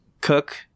cook